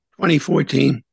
2014